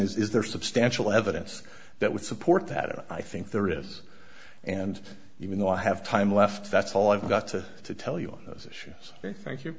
is is there substantial evidence that would support that or i think there is and even though i have time left that's all i've got to tell you those issues thank you